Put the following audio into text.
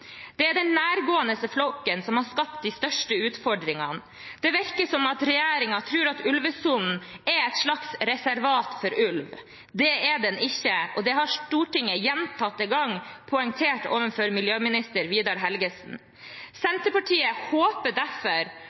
Det er den nærgående flokken som har skapt de største utfordringene. Det virker som regjeringen tror ulvesonen er et slags reservat for ulv. Det er den ikke, og det har Stortinget gjentatte ganger poengtert overfor miljøminister Vidar Helgesen. Senterpartiet håper derfor